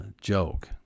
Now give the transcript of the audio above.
joke